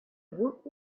woot